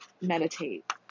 meditate